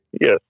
Yes